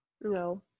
No